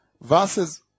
verses